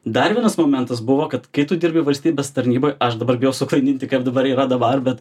dar vienas momentas buvo kad kai tu dirbi valstybės tarnyboj aš dabar bijau suklaidinti kaip dabar yra dabar bet